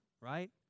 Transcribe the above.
right